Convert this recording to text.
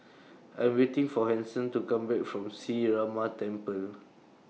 I Am waiting For Hanson to Come Back from Sree Ramar Temple